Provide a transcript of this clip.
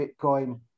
Bitcoin